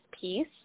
piece